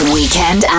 Weekend